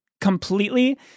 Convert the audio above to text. completely